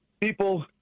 People